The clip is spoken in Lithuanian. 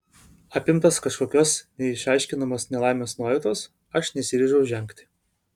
apimtas kažkokios neišaiškinamos nelaimės nuojautos aš nesiryžau žengti